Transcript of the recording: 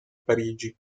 parigi